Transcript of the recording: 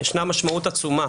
יש משמעות עצומה